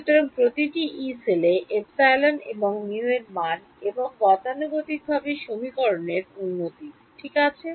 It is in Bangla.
সুতরাং প্রতিটি yee cell এ epsilon এবং mu এর মান এবং গতানুগতিক ভাবে সমীকরণের উন্নতি ঠিক আছে